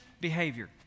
behavior